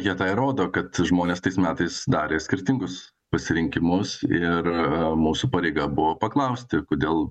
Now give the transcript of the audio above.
jie tai rodo kad žmonės tais metais darė skirtingus pasirinkimus ir e mūsų pareiga buvo paklausti kodėl